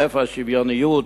איפה השוויוניות?